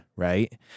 right